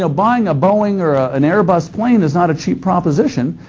so buying a boeing or ah an airbus plane is not a cheap proposition.